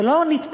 זה לא נתפס.